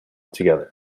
together